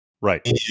Right